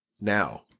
now